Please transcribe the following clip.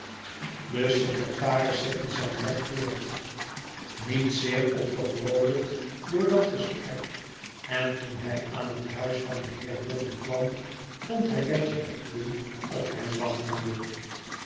de secretaris zette zijn wejf voort niet zeer opgevroolijkt doordat gesprek en toen hij aan het huis van den heer boffin kwam vond hij betje higden op hem wachtende